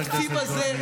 זה תקציב עברייני.